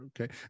Okay